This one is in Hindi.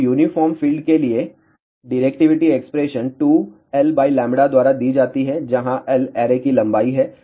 तो यूनिफार्म फील्ड के लिए डिरेक्टिविटी एक्सप्रेशन 2lλ द्वारा दी जाती है जहां l ऐरे की लंबाई है